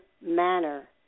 manner